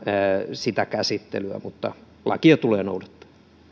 sitä käsittelyä mutta lakia tulee noudattaa